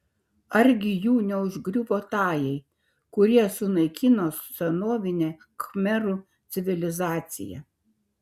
argi jų neužgriuvo tajai kurie sunaikino senovinę khmerų civilizaciją